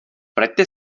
vraťte